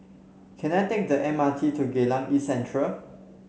can I take the M R T to Geylang East Central